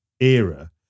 era